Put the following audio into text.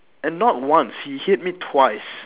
and not once he hit me twice